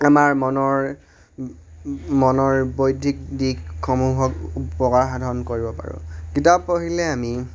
আমাৰ মনৰ মনৰ বৌদ্ধিক দিশসমূহক উপকাৰ সাধন কৰিব পাৰোঁ কিতাপ পঢ়িলে আমি